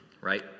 right